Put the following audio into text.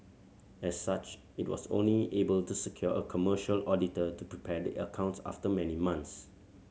as such it was only able to secure a commercial auditor to prepare the accounts after many months